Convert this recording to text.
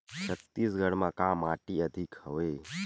छत्तीसगढ़ म का माटी अधिक हवे?